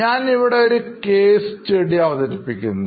ഞാൻ ഇവിടെ ഒരു കേസ് സ്റ്റഡി അവതരിപ്പിക്കുന്നു